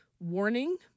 warning